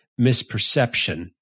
misperception